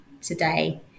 today